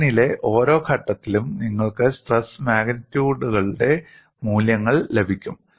ഡൊമെയ്നിലെ ഓരോ ഘട്ടത്തിലും നിങ്ങൾക്ക് സ്ട്രെസ് മാഗ്നിറ്റ്യൂഡുകളുടെ മൂല്യങ്ങൾ ലഭിക്കും